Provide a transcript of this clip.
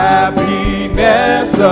Happiness